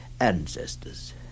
ancestors